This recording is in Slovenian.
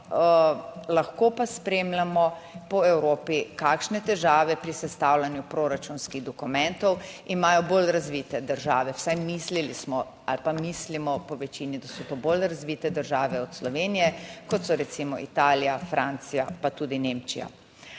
Lahko pa spremljamo po Evropi, kakšne težave pri sestavljanju proračunskih dokumentov imajo bolj razvite države, vsaj mislili smo, ali pa mislimo po večini, da so to bolj razvite države od Slovenije, kot so recimo Italija, Francija, pa tudi Nemčija.